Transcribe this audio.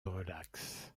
relaxe